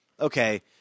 okay